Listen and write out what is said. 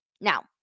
Now